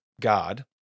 God